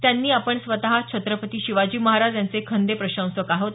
त्यांनी आपण स्वतः छत्रपती शिवाजी महाराज यांचे खंदे प्रशंसक आहोत